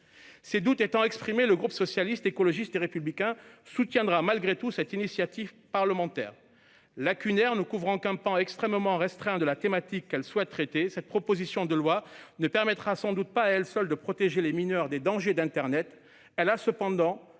Ces doutes étant exprimés, le groupe Socialiste, Écologiste et Républicain soutiendra malgré tout cette initiative parlementaire. Lacunaire, ne couvrant qu'un pan extrêmement restreint de la thématique que ses auteurs souhaitent traiter, cette proposition de loi ne permettra sans doute pas à elle seule de protéger les mineurs des dangers d'internet. Elle a cependant